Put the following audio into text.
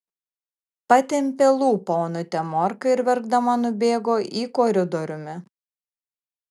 patempė lūpą onutė morka ir verkdama nubėgo į koridoriumi